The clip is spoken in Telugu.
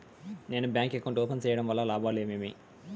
నేను బ్యాంకు అకౌంట్ ఓపెన్ సేయడం వల్ల లాభాలు ఏమేమి?